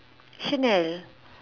Chanel